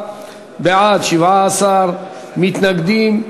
בעד, 64 מתנגדים.